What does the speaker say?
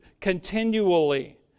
continually